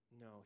No